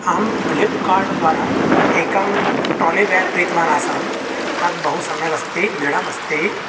अहं फ़्लिप्कार्ड् द्वारा एकं ट्राली बेग् कृतवान् आसम् तत् बहुसम्यक् अस्ति तत् दृढमस्ति